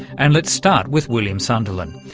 and let's start with william sunderlin,